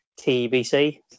TBC